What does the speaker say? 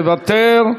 מוותר.